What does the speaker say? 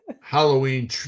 Halloween